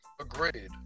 Agreed